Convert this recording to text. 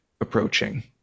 approaching